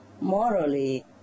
morally